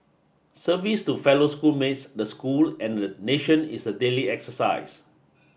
service to fellow school mates the school and the nation is a daily exercise